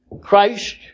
Christ